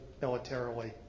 militarily